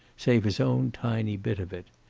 save his own tiny bit of it.